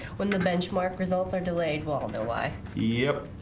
when the benchmark results are delayed well know why yeah,